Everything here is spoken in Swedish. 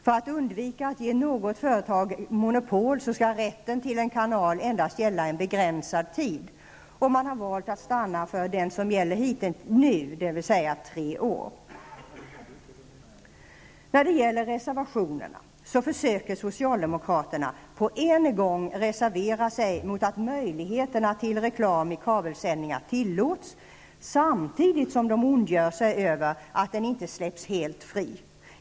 För att undvika att ge något företag monopol skall rätten till en kanal endast gälla för en begränsad tid. Man har valt att stanna för det som gäller nu, dvs. tre år. När det gäller reservationerna försöker socialdemokraterna reservera sig mot att möjligheterna till reklam i kabelsändningar tillåts, samtidigt som de ondgör sig över att den inte släpps helt fri.